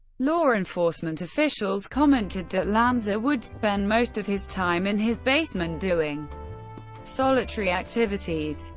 law enforcement officials commented that lanza would spend most of his time in his basement doing solitary activities.